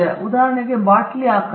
ಉದಾಹರಣೆಗೆ ಬಾಟಲಿಯ ಆಕಾರ ಸರಿ